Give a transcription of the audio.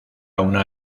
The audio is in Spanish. una